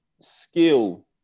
skill